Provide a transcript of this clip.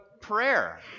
prayer